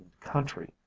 country